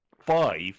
five